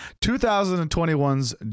2021's